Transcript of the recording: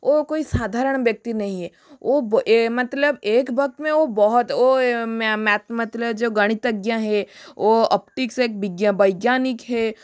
वह कोई साधारण वुयक्ति नहीं है वह ए मतलब एक वक़्त में वह बहुत वह मैत मतलब जो गणितज्ञ है वह ओप्टिक्स एक वैज्ञानिक है